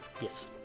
Yes